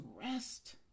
rest